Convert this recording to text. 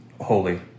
holy